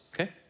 okay